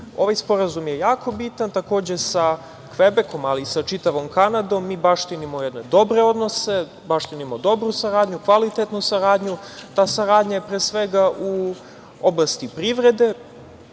PIO.Ovaj Sporazum je jako bitno. Takođe sa Kvebekom ali i sa čitavom Kanadom mi baštinimo jedne dobre odnose, baštinimo dobru saradnju, kvalitetnu saradnju. Ta saradnja je, pre svega u oblasti privrede,